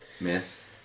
Miss